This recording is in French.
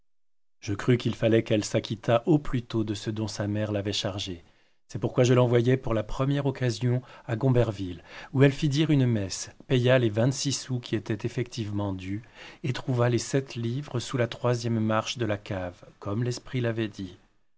je crus qu'il fallait qu'elle s'acquittât au plutôt de ce dont sa mère l'avait chargée c'est pourquoi je l'envoyai par la première occasion à gomberville où elle fit dire une messe paya les vingt-six sous qui étaient effectivement dus et trouva les sept livres sous la troisième marche de la cave comme l'esprit l'avait dit